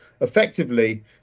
effectively